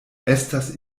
estas